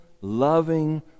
loving